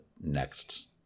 next